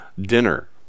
dinner